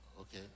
okay